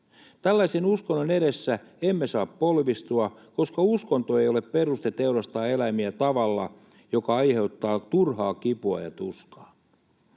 Tällaisen uskonnon edessä emme saa polvistua, koska uskonto ei ole peruste teurastaa eläimiä tavalla, joka aiheuttaa turhaa kipua ja tuskaa.